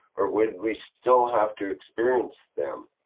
or would we still have to experience them?